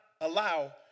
allow